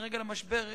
עקב המשבר,